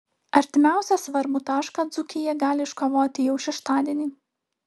artimiausią svarbų tašką dzūkija gali iškovoti jau šeštadienį